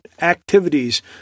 activities